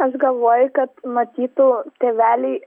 aš galvoju kad matytų tėveliai